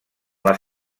les